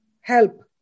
help